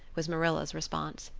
was marilla's response.